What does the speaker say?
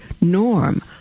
norm